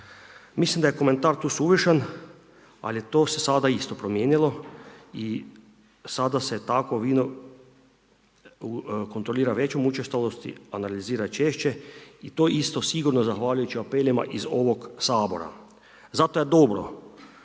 Mislim da je komentar tu suvišan, ali to se sada isto promijenilo i sada se takvo vino kontrolira većom učestalosti, organizira češće i to isto sigurno zahvaljujući apelima iz ovoga Sabora. Zato je dobro